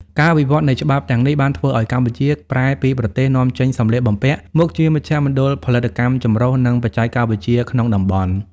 ការវិវត្តនៃច្បាប់ទាំងនេះបានធ្វើឱ្យកម្ពុជាប្រែពីប្រទេសនាំចេញសម្លៀកបំពាក់ មកជាមជ្ឈមណ្ឌលផលិតកម្មចម្រុះ និងបច្ចេកវិទ្យាក្នុងតំបន់។